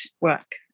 work